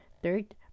Third